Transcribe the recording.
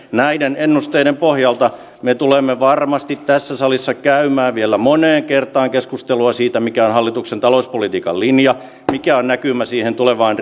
näiden ennusteiden pohjalta me tulemme varmasti tässä salissa käymään vielä moneen kertaan keskustelua siitä mikä on hallituksen talouspolitiikan linja mikä on näkymä siihen tulevaan